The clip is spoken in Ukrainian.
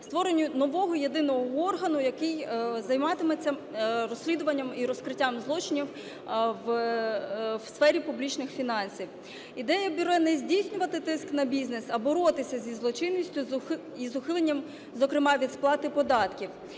створенню нового єдиного органу, який займатиметься розслідуванням і розкриттям злочинів в сфері публічних фінансів. Ідея бюро не здійснювати тиск на бізнес, а боротися із злочинністю і з ухиленням зокрема від сплати податків